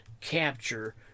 capture